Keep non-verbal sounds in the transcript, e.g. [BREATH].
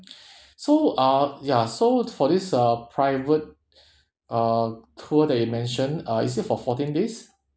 [BREATH] so uh ya so for this uh private [BREATH] uh tour that you mentioned uh is it for fourteen days